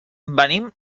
venim